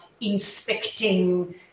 inspecting